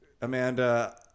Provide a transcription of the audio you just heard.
Amanda